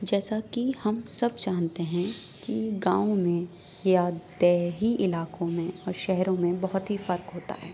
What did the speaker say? جیسا کہ ہم سب جانتے ہیں کہ گاؤں میں یا دیہی علاقوں میں اور شہروں میں بہت ہی فرق ہوتا ہے